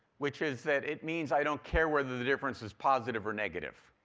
which is that it means i don't care whether the difference is positive or negative.